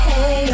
Hey